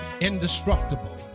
indestructible